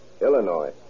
Illinois